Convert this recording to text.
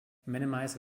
minimize